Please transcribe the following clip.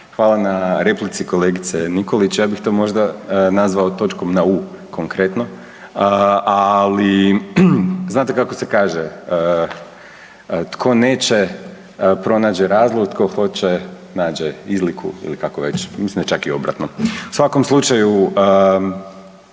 hvala na replici kolegice Nikolić. Ja bih to možda nazvao točkom na u, konkretno, ali znate kako se kaže, tko neće pronađe pronađe razlog, to hoće nađe izliku, ili kako već, mislim da čak i obratno. U svakom slučaju,